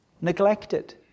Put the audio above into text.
neglected